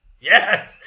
Yes